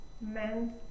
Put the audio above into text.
men